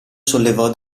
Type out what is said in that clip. sollevò